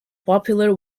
popular